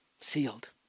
Sealed